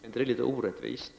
Uppstår det inte här orättvisor?